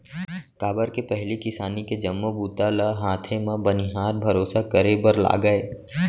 काबर के पहिली किसानी के जम्मो बूता ल हाथे म बनिहार भरोसा करे बर लागय